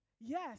Yes